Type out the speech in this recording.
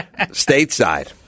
stateside